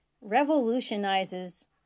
revolutionizes